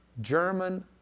german